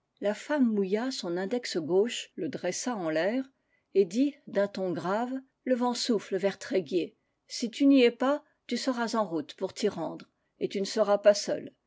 la femme mouilla son index gauche le dressa en l'air et dit d'ua ton grave le vent souffle vers tréguier si tu n'y es pas tu seras en route pour t'y rendre et tu ne seras pas seul